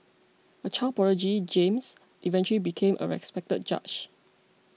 a child prodigy James eventually became a respected judge